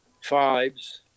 Fives